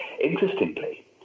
Interestingly